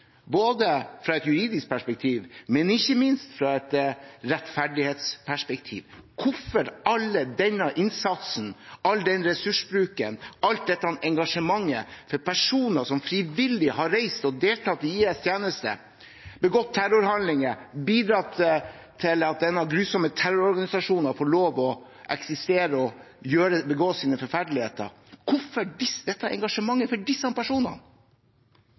både fra et juridisk perspektiv og ikke minst fra et rettferdighetsperspektiv. Hvorfor all denne innsatsen, all den ressursbruken, alt dette engasjementet for personer som har reist frivillig og deltatt i IS’ tjeneste, begått terrorhandlinger og bidratt til at denne grusomme terrororganisasjonen får lov til å eksistere og begå forferdeligheter? Hvorfor vise dette engasjementet for disse personene?